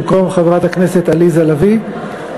במקום חברת הכנסת עליזה לביא,